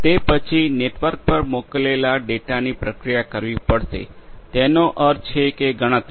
તે પછી નેટવર્ક પર મોકલેલા ડેટાની પ્રક્રિયા કરવી પડશે તેનો અર્થ છે ગણતરી